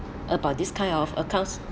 about this kind of accounts